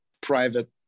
private